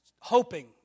hoping